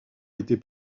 été